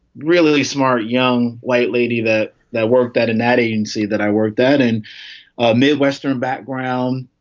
really smart, young white lady that that worked at an ad agency, that i worked that in midwestern background,